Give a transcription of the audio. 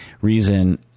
reason